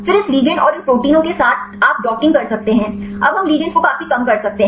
फिर इस लिगैंड और इन प्रोटीनों के साथ आप डॉकिंग कर सकते हैं अब हम लिगैंड्स को काफी कम कर सकते हैं